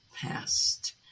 past